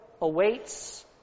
awaits